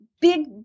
big